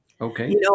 Okay